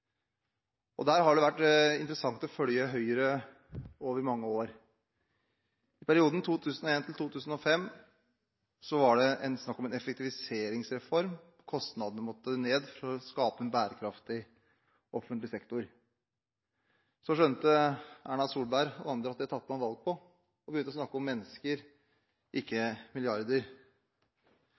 løse. Der har det vært interessant å følge Høyre over mange år. I perioden 2001–2005 var det snakk om en effektiviseringsreform. Kostnadene måtte ned for å skape en bærekraftig offentlig sektor. Så skjønte Erna Solberg og andre at det tapte man valg på, og begynte å snakke om mennesker, ikke milliarder.